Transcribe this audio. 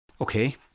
Okay